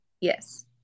Yes